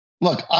Look